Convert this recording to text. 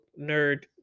nerd